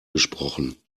gesprochen